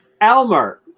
Elmer